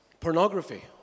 Pornography